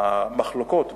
המחלוקות,